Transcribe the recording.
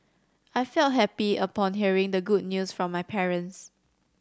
I felt happy upon hearing the good news from my parents